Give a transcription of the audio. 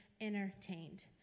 entertained